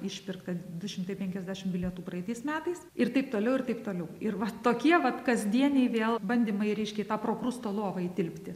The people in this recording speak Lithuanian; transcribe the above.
išpirkta du šimtai penkiasdešim bilietų praeitais metais ir taip toliau ir taip toliau ir va tokie vat kasdieniai vėl bandymai reiškia į tą prokrusto lovą įtilpti